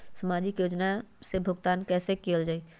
सामाजिक योजना से भुगतान कैसे कयल जाई?